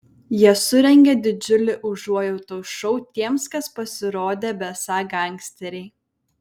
jie surengė didžiulį užuojautos šou tiems kas pasirodė besą gangsteriai